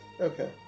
Okay